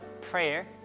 prayer